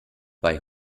bei